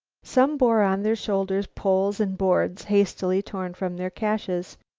some bore on their shoulders poles and boards hastily torn from their caches.